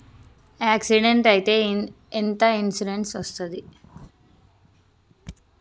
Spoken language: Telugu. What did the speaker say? యాక్సిడెంట్ అయితే ఎంత ఇన్సూరెన్స్ వస్తది?